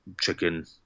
chicken